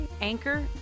Anchor